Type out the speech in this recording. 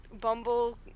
Bumble